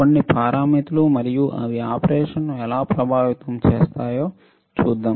కొన్ని పారామితులు మరియు అవి ఆపరేషన్ను ఎలా ప్రభావితం చేస్తున్నాయో చూద్దాం